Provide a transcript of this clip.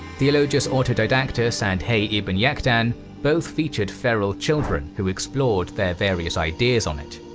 theologus autodidactus and hayy ibn yaqdhan both featured feral children who explored their various ideas on it.